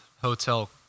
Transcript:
hotel